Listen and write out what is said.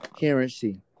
currency